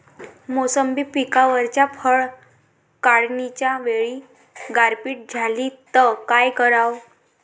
मोसंबी पिकावरच्या फळं काढनीच्या वेळी गारपीट झाली त काय कराव?